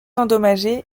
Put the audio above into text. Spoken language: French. endommagée